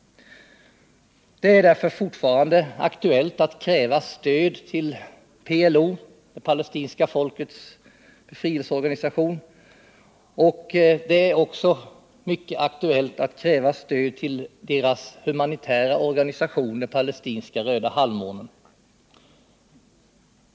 Det är därför fortfarande aktuellt att kräva stöd till PLO — det palestinska folkets befrielseorganisation — och det är också mycket aktuellt att kräva stöd till den humanitära organisationen palestinska Röda halvmånen.